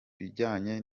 bijanye